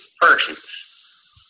persons